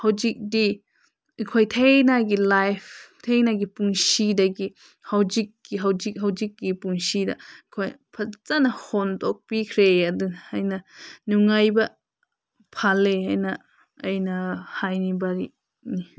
ꯍꯧꯖꯤꯛꯇꯤ ꯑꯩꯈꯣꯏ ꯊꯥꯏꯅꯒꯤ ꯂꯥꯏꯐ ꯊꯥꯏꯅꯒꯤ ꯄꯨꯟꯁꯤꯗꯒꯤ ꯍꯧꯖꯤꯛꯀꯤ ꯍꯧꯖꯤꯛ ꯍꯧꯖꯤꯛꯀꯤ ꯄꯨꯟꯁꯤꯅ ꯑꯩꯈꯣꯏ ꯐꯖꯅ ꯍꯣꯡꯗꯣꯛꯄꯤꯈ꯭ꯔꯦ ꯑꯗꯨ ꯍꯥꯏꯅ ꯅꯨꯡꯉꯥꯏꯕ ꯐꯪꯉꯦꯅ ꯑꯩꯅ ꯍꯥꯏꯅꯤꯡꯕꯅꯤ